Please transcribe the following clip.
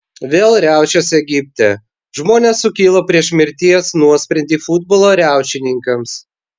vėl riaušės egipte žmonės sukilo prieš mirties nuosprendį futbolo riaušininkams